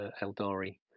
Eldari